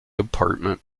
apartment